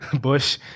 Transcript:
Bush